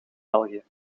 belgië